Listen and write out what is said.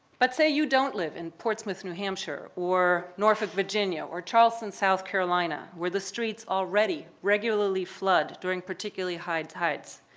but say you don't live in portsmith, new hampshire or northern virginia or charleston, south carolina where the streets already regularly flood during particularly high tides.